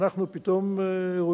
אנחנו פתאום רואים,